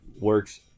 works